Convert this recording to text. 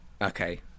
okay